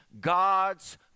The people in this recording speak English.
God's